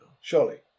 Surely